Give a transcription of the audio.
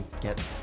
get